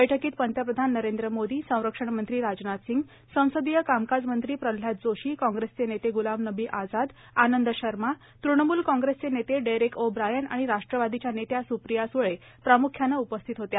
बैठकीत पंतप्रधान नरेंद्र मोदी संरक्षणमंत्री राजनाथ सिंग संसदीय कामकाजमंत्री प्रल्हाद जोशी कांग्रेसचे नेते ग्रलाम नबी आझाद आनंद शर्मा तृणमूल कांग्रेसचे नेते डेरेक ओ ब्रायन आणि राष्ट्वादीच्या नेत्या सुप्रिया सुळे प्रामुख्याने उपस्थित होत्या